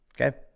Okay